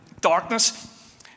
darkness